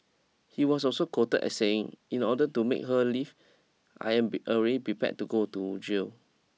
he was also quoted as saying in order to make her leave I am be already be prepared to go to jail